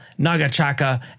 Nagachaka